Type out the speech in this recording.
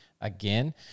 again